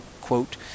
quote